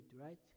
right